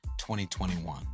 2021